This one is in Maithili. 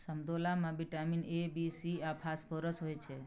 समतोला मे बिटामिन ए, बी, सी आ फास्फोरस होइ छै